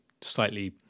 slightly